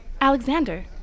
Alexander